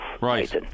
Right